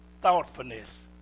thoughtfulness